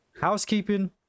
housekeeping